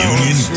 Union